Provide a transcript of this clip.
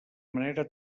manera